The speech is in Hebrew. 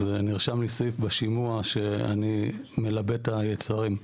אז נרשם לי סעיף בשימוע שאני מלבה את היצרים,